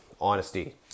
Honesty